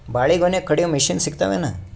ಬಾಳಿಗೊನಿ ಕಡಿಯು ಮಷಿನ್ ಸಿಗತವೇನು?